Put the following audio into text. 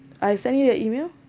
I send you the email